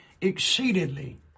exceedingly